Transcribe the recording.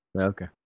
Okay